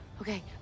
Okay